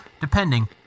depending